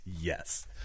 Yes